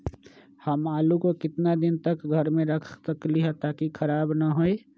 हम आलु को कितना दिन तक घर मे रख सकली ह ताकि खराब न होई?